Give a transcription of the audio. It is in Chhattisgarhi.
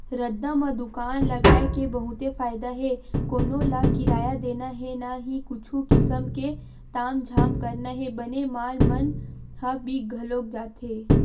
रद्दा म दुकान लगाय के बहुते फायदा हे कोनो ल किराया देना हे न ही कुछु किसम के तामझाम करना हे बने माल मन ह बिक घलोक जाथे